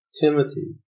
Timothy